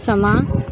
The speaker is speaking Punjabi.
ਸਮਾਂ